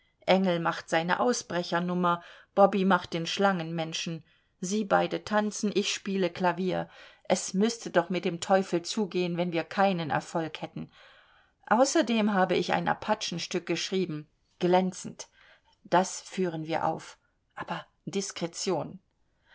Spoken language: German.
engel macht seine ausbrechernummer bobby macht den schlangenmenschen sie beide tanzen ich spiele klavier es müßte doch mit dem teufel zugehen wenn wir keinen erfolg hätten außerdem habe ich ein apachenstück geschrieben glänzend das führen wir auf aber diskretion